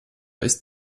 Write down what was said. ist